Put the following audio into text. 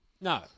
No